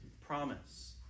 promise